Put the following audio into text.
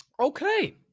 Okay